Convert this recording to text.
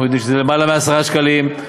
אנחנו יודעים שזה למעלה מ-10 שקלים.